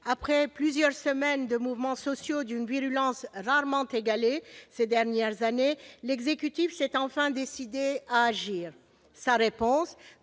après plusieurs semaines de mouvements sociaux d'une virulence rarement égalée au cours de ces dernières années, l'exécutif s'est enfin décidé à agir. Sa réponse,